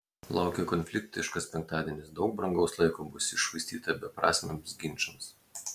laukia konfliktiškas penktadienis daug brangaus laiko bus iššvaistyta beprasmiams ginčams